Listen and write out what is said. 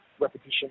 repetition